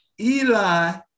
Eli